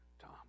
Tom